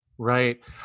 Right